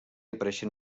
apareixen